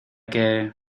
que